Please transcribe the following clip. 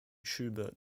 schubert